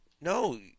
No